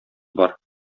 бар